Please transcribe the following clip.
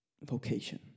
vocation